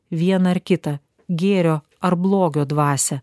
vieną ar kitą gėrio ar blogio dvasią